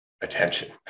attention